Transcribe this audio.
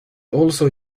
also